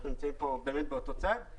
אנחנו נמצאים כאן באותו צד.